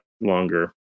longer